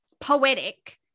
poetic